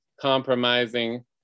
compromising